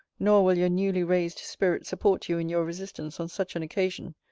nor will your newly-raised spirit support you in your resistance on such an occasion.